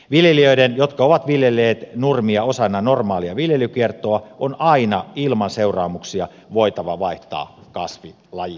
viljelijöiden jotka ovat viljelleet nurmia osana normaalia viljelykiertoa on aina ilman seuraamuksia voitava vaihtaa kasvilajia